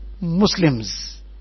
Muslims